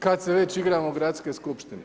Kada se već igramo Gradske skupštine.